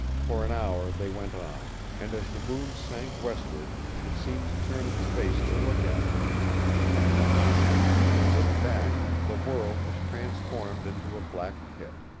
for an hour they went on, and as the moon sank westward it seemed to turn its face to look at them and behind them, when they looked back, the world was transformed into a black pit,